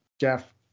Jeff